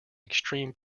extreme